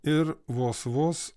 ir vos vos